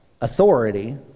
authority